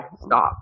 stop